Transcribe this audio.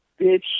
bitch